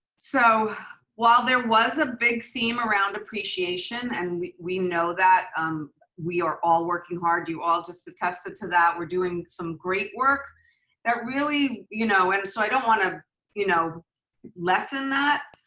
so while there was a big theme around appreciation, and we we know that um we are all working hard, you all just attested to that, we're doing some great work that really, you know and so i don't wanna you know lessen that.